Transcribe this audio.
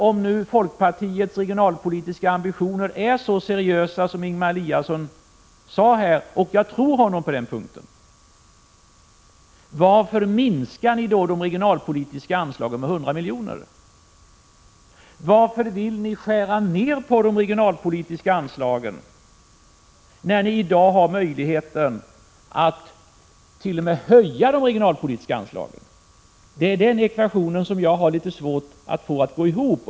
Om nu folkpartiets regionalpolitiska ambitioner är så seriösa som Ingemar Eliasson sade, och jag tror honom på den punkten, varför minskar ni då de regionalpolitiska anslagen med 100 milj.kr.? Varför vill ni minska de regionalpolitiska anslagen när ni i dag har möjlighet att t.o.m. höja dem? Det är den ekvationen som jag har litet svårt att få att gå ihop.